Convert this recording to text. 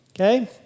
Okay